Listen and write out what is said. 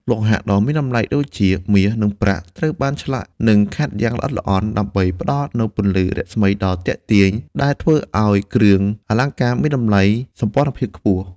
លោហៈដ៏មានតម្លៃដូចជា មាស និងប្រាក់ ត្រូវបានឆ្លាក់ និងខាត់យ៉ាងល្អិតល្អន់ ដើម្បីផ្តល់នូវពន្លឺរស្មីដ៏ទាក់ទាញ ដែលធ្វើឱ្យគ្រឿងអលង្ការមានតម្លៃសោភ័ណភាពខ្ពស់។